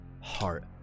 heart